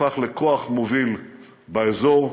הפך לכוח מוביל באזור,